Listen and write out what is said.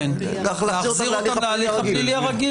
אותם ולהחזיר אותם להליך הפלילי הרגיל.